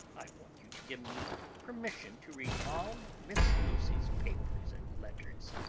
i want you to give me permission to read all miss lucy's papers and letters.